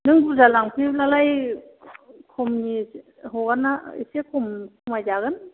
नों बुरजा लांफैयोब्लालाय खमनि हगारना एसे खम खमाय जागोन